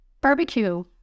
barbecue